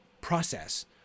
process